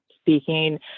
speaking